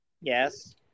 Yes